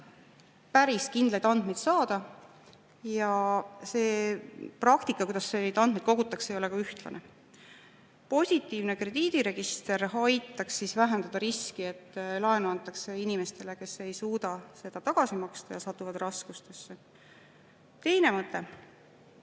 päris kindlaid andmeid saada. Ja see praktika, kuidas neid andmeid kogutakse, ei ole ühtlane. Positiivne krediidiregister aitaks vähendada riski, et laenu antakse inimestele, kes ei suuda seda tagasi maksta ja satuvad raskustesse. Teine mõte: